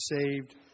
saved